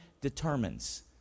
determines